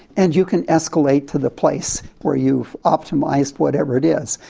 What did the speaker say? and you can escalate to the place where you've optimised whatever it is.